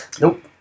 Nope